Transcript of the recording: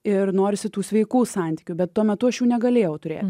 ir norisi tų sveikų santykių bet tuo metu aš negalėjau turėti